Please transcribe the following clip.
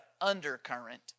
undercurrent